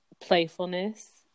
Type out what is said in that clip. playfulness